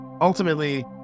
ultimately